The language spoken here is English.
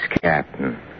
Captain